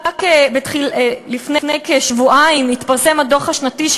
רק לפני כשבועיים התפרסם הדוח השנתי של